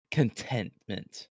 contentment